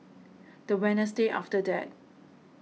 the Wednesday after that